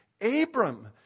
Abram